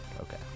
okay